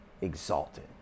exalted